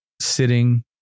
sitting